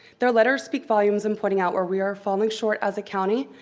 their letters speak volumes in pointing out where we are falling short as a county,